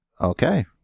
Okay